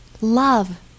Love